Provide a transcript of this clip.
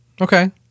Okay